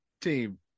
Team